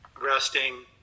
resting